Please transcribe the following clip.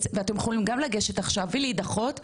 ואתם יכולים גם לגשת עכשיו ולהידחות,